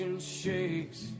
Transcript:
Shakes